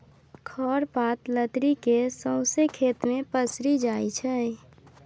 खर पात लतरि केँ सौंसे खेत मे पसरि जाइ छै